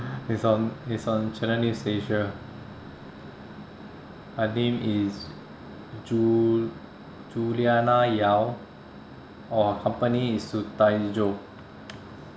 it's on it's on channel news asia her name is ju~ juliana yao or her company is